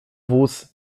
wóz